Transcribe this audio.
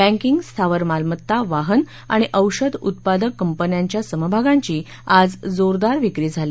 banking स्थावर मालमत्ता वाहन आणि औषध उत्पादक कंपन्यांच्या समभागांची आज जोरदार विक्री झाली